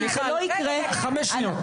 מיכל, חמש שניות.